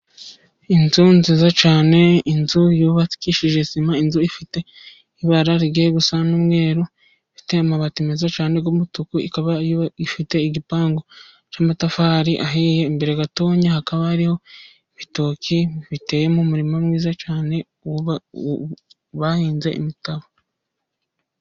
Inzu nziza cyane, inzu yubakishije sima, inzu ifite ibara rigiye gusa n'umweru, ifite amabati meza cyane y'umutuku, ikaba ifite igipangu cy'amatafari ahiye, imbere gatotonya hakaba hariho ibitoki, biteye mu murima mwiza cyane bahinze imitabo.